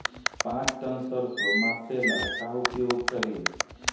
पाँच टन सरसो मापे ला का उपयोग करी?